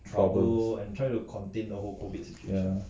trouble ya